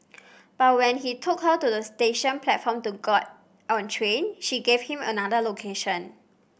but when he took her to the station platform to get on a train she gave him another location